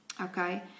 Okay